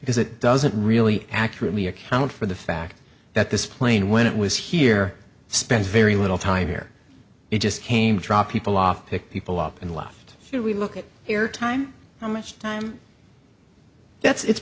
because it doesn't really accurately account for the fact that this plane when it was here spends very little time here it just came drop people off pick people up and left here we look at air time how much time that's it's